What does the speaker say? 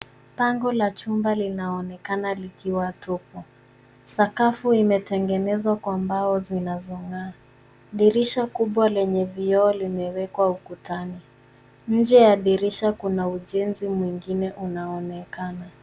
Pango la chumba linaonekana likiwa tupu. Sakafu imetengenezwa kwa mbao zinazongaa. Dirisha kubwa lenye vioo limewekwa ukutani. Nje ya dirisha kuna ujenzi mwingine unaonekana.